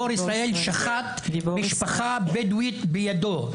גיבור ישראל ששחט משפחה בדואית במו ידיו,